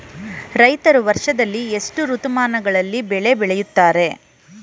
ರೈತರು ವರ್ಷದಲ್ಲಿ ಎಷ್ಟು ಋತುಮಾನಗಳಲ್ಲಿ ಬೆಳೆ ಬೆಳೆಯುತ್ತಾರೆ?